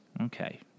Okay